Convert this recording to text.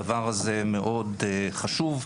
הדבר הזה מאוד חשוב,